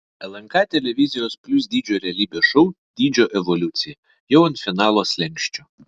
lnk televizijos plius dydžio realybės šou dydžio evoliucija jau ant finalo slenksčio